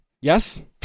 Yes